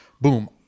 boom